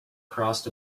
crossed